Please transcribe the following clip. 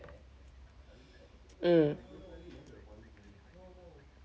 mm